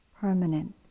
permanent